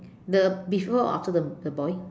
the before or after the the boy